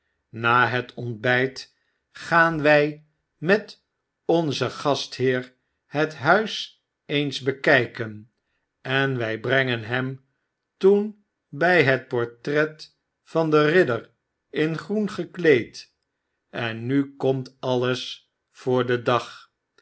na het ontbyt gaan wy met onzen gastheer het huis eens bekyken en wy brengen hem toen by het portret van den ridder in groen gekleed en nu komt alles voor den dag